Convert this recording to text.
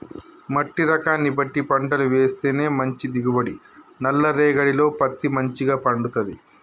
మట్టి రకాన్ని బట్టి పంటలు వేస్తేనే మంచి దిగుబడి, నల్ల రేగఢీలో పత్తి మంచిగ పండుతది